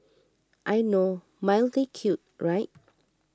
I know mildly cute right